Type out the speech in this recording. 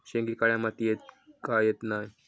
शेंगे काळ्या मातीयेत का येत नाय?